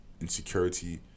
insecurity